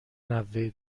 نوه